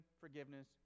forgiveness